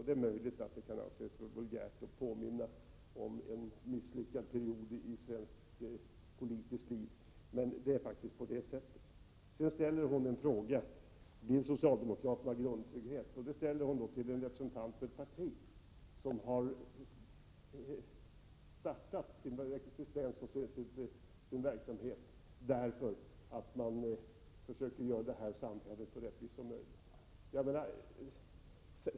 Det är möjligt att det kan anses vulgärt att påminna om en misslyckad period i svenskt politiskt liv, men den beskrivning som jag gjorde är faktiskt riktig. Görel Thurdin frågar också om socialdemokraterna vill ha grundtrygghet. En sådan fråga ställer hon alltså till en representant för ett parti vars existens och verksamhet är präglad av att vilja göra vårt samhälle så rättvist som möjligt!